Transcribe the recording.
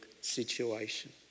situation